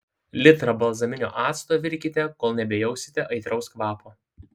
litrą balzaminio acto virkite kol nebejausite aitraus kvapo